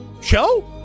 show